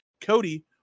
cody